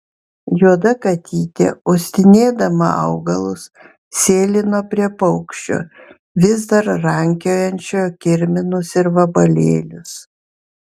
juoda katytė uostinėdama augalus sėlino prie paukščio vis dar rankiojančio kirminus ir vabalėlius